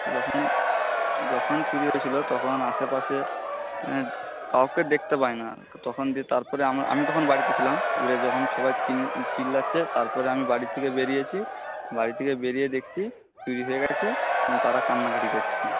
যখন যখন চুরি হয়েছিল তখন আশেপাশে কাউকে দেখতে পাইনি তখন দিয়ে তারপরে আমি তখন বাড়িতে ছিলাম এবারে যখন সবাই চিল্লাচ্ছে তারপরে আমি বাড়ি থেকে বেরিয়েছি বাড়ি থেকে বেরিয়ে দেখছি চুরি হয়ে গেছে তারা কান্নাকাটি করছে